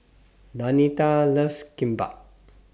Danita loves Kimbap